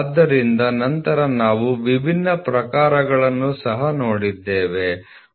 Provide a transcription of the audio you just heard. ಆದ್ದರಿಂದ ನಂತರ ನಾವು ವಿಭಿನ್ನ ಪ್ರಕಾರಗಳನ್ನು ಸಹ ನೋಡಿದ್ದೇವೆ